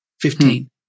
Fifteen